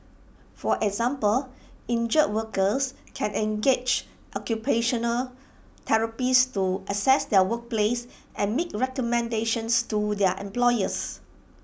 for example injured workers can engage occupational therapists to assess their workplace and make recommendations to their employers